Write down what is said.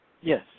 Yes